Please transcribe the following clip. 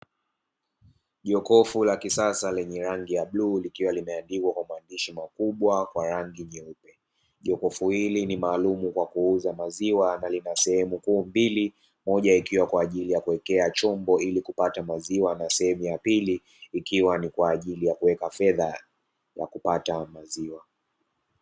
Jokofu la kisasa lenye rangi ya bluu, likiwa limeandikwa kwa maandishi makubwa kwa rangi nyeupe. Jokofu hili ni maalumu kwa kuuza maziwa, na lina sehemu kuu mbili, moja ikiwa ni kwa ajili ya kuwekea chombo, ili kupata maziwa na sehemu ya pili ikiwa ni kwa ajili ya kuweka fedha na kupatiwa maziwa.